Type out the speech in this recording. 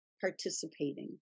participating